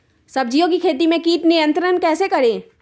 सब्जियों की खेती में कीट नियंत्रण कैसे करें?